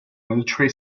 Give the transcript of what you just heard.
military